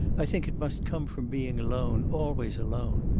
i think it must come from being alone, always alone,